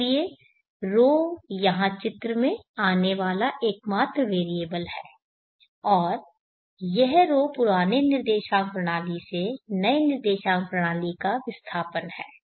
इसलिए ρ यहाँ चित्र में आने वाला एकमात्र वेरिएबल है और यह ρ पुराने निर्देशांक प्रणाली से नए निर्देशांक प्रणाली का विस्थापन है